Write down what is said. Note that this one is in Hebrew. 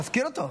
תזכיר אותו.